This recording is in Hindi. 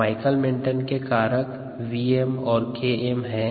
माइकलिस मेंटेन के कारक Vm और Km हैं